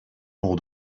pour